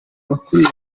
bakuriye